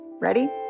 Ready